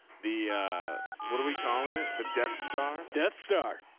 the what are we calling it? the death star death star